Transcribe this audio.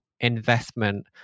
investment